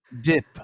dip